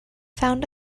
found